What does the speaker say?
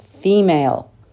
female